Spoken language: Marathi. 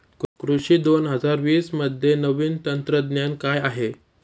कृषी दोन हजार वीसमध्ये नवीन तंत्रज्ञान काय आहे?